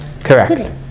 Correct